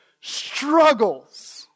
struggles